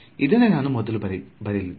ಇದನ್ನೇ ನಾವು ಮೊದಲು ಬರೆಯಲಿದ್ದೇವೆ